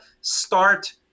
start